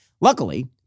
Luckily